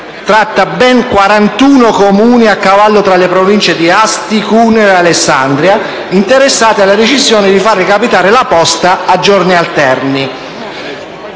tratta ben 41 Comuni a cavallo tra le Province di Asti, Cuneo e Alessandria, interessate dalla decisione di far recapitare la posta a giorni alterni.